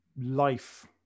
life